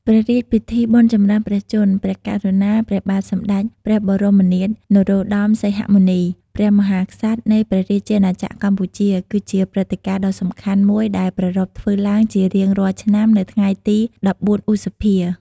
ព្រះរាជពិធីបុណ្យចម្រើនព្រះជន្ម ព្រះករុណា ព្រះបាទសម្តេច ព្រះបរមនាថ នរោត្តម សីហមុនី ព្រះមហាក្សត្រ នៃព្រះរាជាណាចក្រកម្ពុជា គឺជាព្រឹត្តិការណ៍ដ៏សំខាន់មួយដែលប្រារព្ធធ្វើឡើងជារៀងរាល់ឆ្នាំនៅថ្ងៃទី ១៤ ឧសភា។